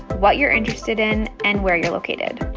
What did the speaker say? what you're interested in and where you're located.